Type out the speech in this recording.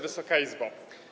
Wysoka Izbo!